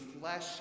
flesh